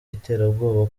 iterabwoba